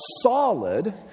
solid